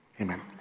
amen